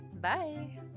Bye